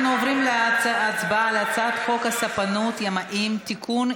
אנחנו עוברים להצבעה על הצעת חוק הספנות (ימאים) (תיקון,